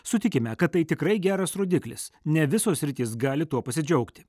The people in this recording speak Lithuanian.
sutikime kad tai tikrai geras rodiklis ne visos sritys gali tuo pasidžiaugti